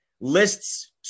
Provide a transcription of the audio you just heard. lists